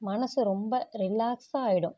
மனசு ரொம்ப ரிலாக்ஸாக ஆகிடும்